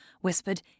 whispered